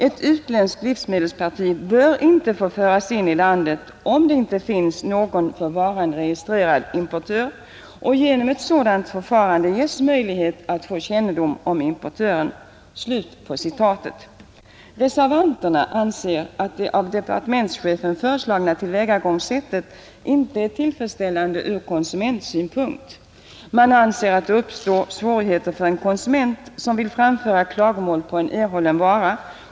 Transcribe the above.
Ett utländskt livsmedelsparti bör inte få införas i landet, om det inte finns någon för varorna registrerad importör. Genom ett sådant förfarande ges möjlighet att få kännedom om importören.” Reservanterna anser att det av departementschefen föreslagna tillvägagångssättet inte är tillfredsställande ur konsumentsynpunkt. Man anser att det uppstår svårigheter för en konsument som vill framföra klagomål på en erhållen vara.